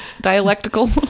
dialectical